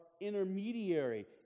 intermediary